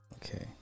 Okay